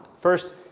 First